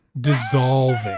Dissolving